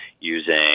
using